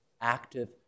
active